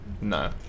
No